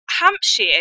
hampshire